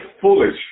foolish